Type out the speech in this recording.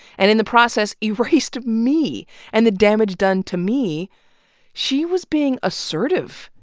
and in the process erased me and the damage done to me she was being assertive.